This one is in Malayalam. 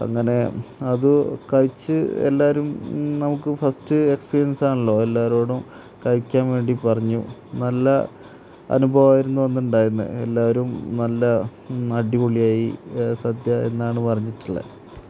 അങ്ങനെ അത് കഴിച്ച് എല്ലാവരും നമുക്ക് ഫസ്റ്റ് എക്സ്പീരിയൻസാണല്ലോ എല്ലാവരോടും കഴിക്കാൻ വേണ്ടി പറഞ്ഞു നല്ല അനുഭവമായിരുന്നു അന്നുണ്ടായിരുന്നത് എല്ലാവരും നല്ല അടിപൊളിയായി സദ്യ എന്നാണ് പറഞ്ഞിട്ടുള്ളത്